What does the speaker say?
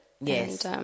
Yes